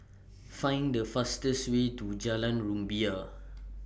Find The fastest Way to Jalan Rumbia